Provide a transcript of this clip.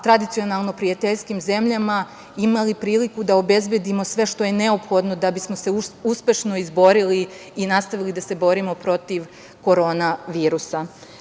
tradicionalno prijateljskim zemljama imali priliku da obezbedimo sve što je neophodno da bismo se uspešno izborili i nastavili da se borimo protiv korona virusa. Zbog